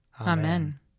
Amen